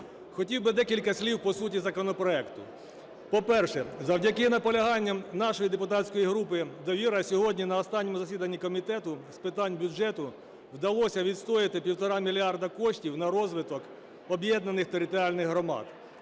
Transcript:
Хотів би декілька слів по суті законопроекту. По-перше, завдяки наполяганням нашої депутатської групи "Довіра" сьогодні на останньому засіданні Комітету з питань бюджету вдалося відстояти півтора мільярди коштів на розвиток об’єднаних територіальних громад.